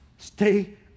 Stay